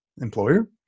employer